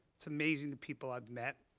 it's amazing the people i've met.